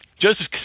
Joseph